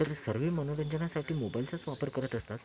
तर सर्व मनोरंजनासाठी मोबाईलचाच वापर करत असतात